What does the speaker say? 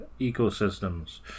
ecosystems